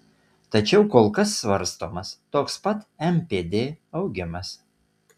tačiau kol kas svarstomas toks pat npd augimas